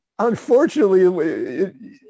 Unfortunately